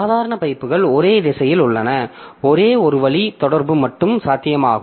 சாதாரண பைப்புகள் ஒரே திசையில் உள்ளன ஒரே ஒரு வழி தொடர்பு மட்டுமே சாத்தியமாகும்